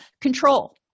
control